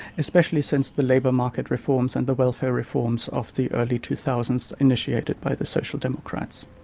especially since the labour market reforms and the welfare reforms of the early two thousand s, initiated by the social democrats.